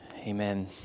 Amen